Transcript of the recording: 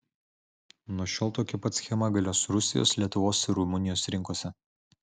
nuo šiol tokia pat schema galios rusijos lietuvos ir rumunijos rinkose